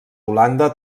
holanda